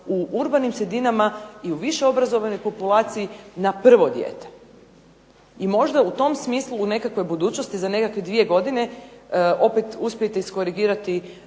u urbanim sredinama i u više obrazovnoj populaciji na prvo dijete. I možda u tom smislu u nekakvoj budućnosti za nekakve dvije godine opet uspjeti iskorigirati